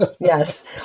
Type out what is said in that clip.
Yes